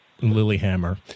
Lilyhammer